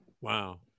Wow